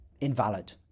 invalid